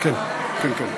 כמה?